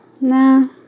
Nah